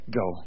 go